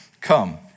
Come